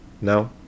no